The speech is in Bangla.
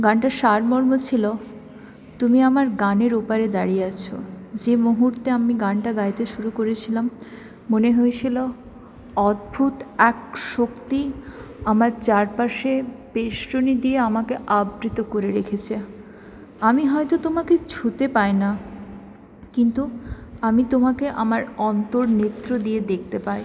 গানটার সারমর্ম ছিল তুমি আমার গানের ওপারে দাঁড়িয়ে আছো যে মুহূর্তে আমি গানটা গাইতে শুরু করেছিলাম মনে হয়েছিল অদ্ভূত এক শক্তি আমার চারপাশে বেষ্টনী দিয়ে আমাকে আবৃত করে রেখেছে আমি হয়তো তোমাকে ছুঁতে পাই না কিন্তু আমি তোমাকে আমার অন্তরনেত্র দিয়ে দেখতে পাই